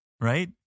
right